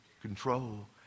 control